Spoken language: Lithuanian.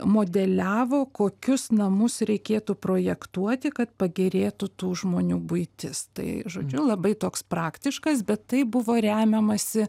modeliavo kokius namus reikėtų projektuoti kad pagerėtų tų žmonių buitis tai žodžiu labai toks praktiškas bet tai buvo remiamasi